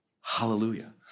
Hallelujah